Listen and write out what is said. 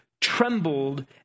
trembled